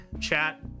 chat